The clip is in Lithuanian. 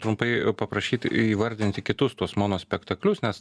trumpai paprašyt įvardinti kitus tuos monospektaklius nes